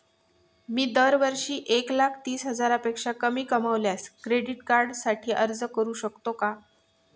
मी दरवर्षी एक लाख तीस हजारापेक्षा कमी कमावल्यास क्रेडिट कार्डसाठी अर्ज करू शकतो का?